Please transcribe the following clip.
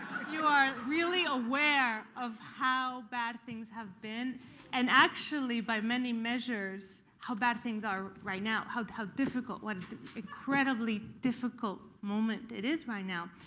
you are really aware of how bad things have been and actually by many measures how bad things are right now, how how like incredibly difficult moment it is right now.